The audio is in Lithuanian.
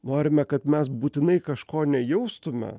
norime kad mes būtinai kažko nejaustume